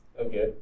Okay